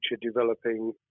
developing